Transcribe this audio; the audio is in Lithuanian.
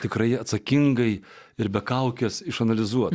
tikrai atsakingai ir be kaukės išanalizuoti